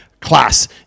class